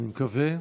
אני מקווה.